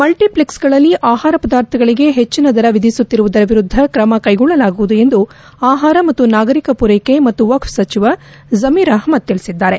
multi ಫ್ಲೆಕ್ಸ್ಗಳಲ್ಲಿ ಆಹಾರ ಪದಾರ್ಥಗಳಗೆ ಹೆಚ್ಚಿನ ದರ ವಿಧಿಸುತ್ತಿರುವುದರ ವಿರುದ್ಧ ಕ್ರಮ ಕೈಗೊಳ್ಳಲಾಗುವುದು ಎಂದು ಆಹಾರ ಮತ್ತು ನಾಗರಿಕ ಪೂರೈಕೆ ಮತ್ತು ವಕ್ಫೆ ಸಚಿವ ಜಮೀರ್ ಅಹಮ್ಮದ್ ತಿಳಿಸಿದ್ದಾರೆ